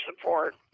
support